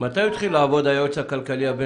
מתי התחיל לעבוד היועץ הכלכלי?